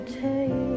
take